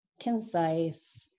concise